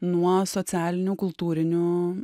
nuo socialinių kultūrinių